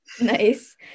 Nice